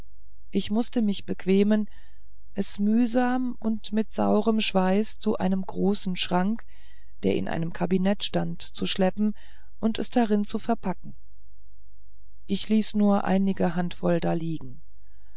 ich mußte mich bequemen es mühsam und mit sauerm schweiß zu einem großen schrank der in einem kabinet stand zu schleppen und es darin zu verpacken ich ließ nur einige handvoll da liegen